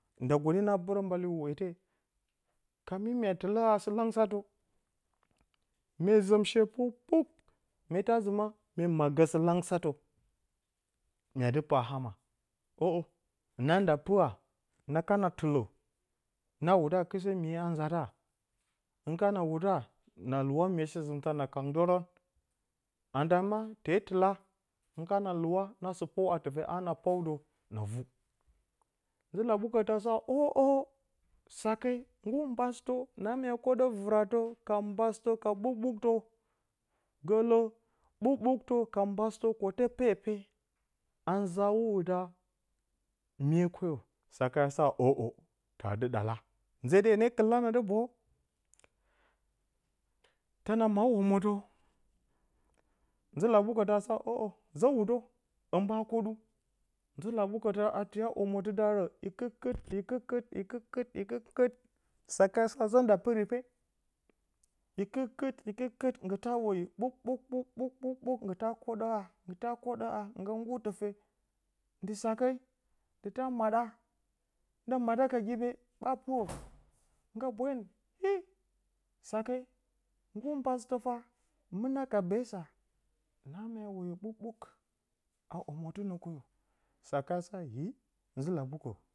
Baa goɗi na pɨrǝ mbale wete kafin mya tɨlǝ haa sɨlangsǝtǝ mye zɨmshe puk-puk, mye ta zǝ ma mye maggǝ sɨlangsǝtǝ myaa dɨ pa ama ǝʻǝ hɨna nda pɨra, na kana tɨlǝ na wuɗǝ a kɨsǝ miye ha nzata hɨn kana wuda, na luwa miye sɨzɨmtǝ na kangdǝrǝn na ma tee tɨla na sɨ pǝw a tɨfe haa na pǝw dǝ na vu. Nzɨlaɓukǝtǝ a sa ǝʻǝ sake nggur mbasɨtǝ na mya koɗǝ vɨratǝ ka mbasɨtǝ ka ɓǝk-ɓuktǝ ɓuk-ɓǝktǝ ka mbasɨtǝ kute pepe a nzaa hwoda miye koyo sake a sa ǝʻǝ taa dɨ ɗa a, nze de hye nee kɨl la a dɨ boyu. Tǝna mat omotǝ nzɨlaɓukǝtǝ a sa ǝʻǝ zǝ wudǝ hɨn ɓa koɗu, nzɨlaɓukǝtǝ a tiya omotɨ daarǝ rikɨkɨt rikɨkɨt rikɨkɨt rikɨkɨt rikɨkɨt. sake azǝ nda pɨri pe rikɨkɨt rikɨkɨt nggɨ ta woyi ɓuk-ɓuk ɓuk-ɓuk ɓuk-ɓuk nggɨ ta koɗǝha ta koɗǝha ngga nggur tɨfe ndi ske ndi ta maɗa. nda maɗa ka giɓe ɓa pɨrǝ ngga boyǝn hi sake nggur mbasɨtǝ fa mɨna ka beesa a mya woyo ɓuk-ɓuk ka omotɨnǝ koyo, sake a hi nzɨlaɓukǝ